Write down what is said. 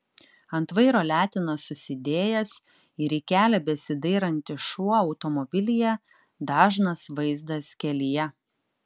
ant vairo letenas susidėjęs ir į kelią besidairantis šuo automobilyje dažnas vaizdas kelyje